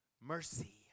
mercy